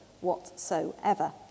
whatsoever